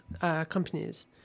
companies